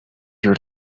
your